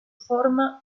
forma